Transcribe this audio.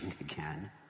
again